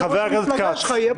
שחבר מהמפלגה שלך יהיה ברוטציה.